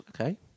Okay